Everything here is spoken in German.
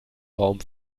raum